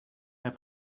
herr